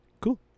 cool